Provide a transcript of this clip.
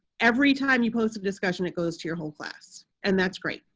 every time you post a discussion, it goes to your whole class and that's great.